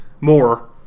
more